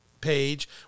page